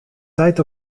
tijd